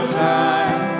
time